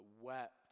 wept